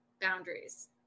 boundaries